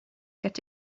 get